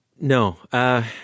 No